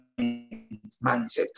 mindset